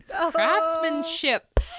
Craftsmanship